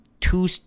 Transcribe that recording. two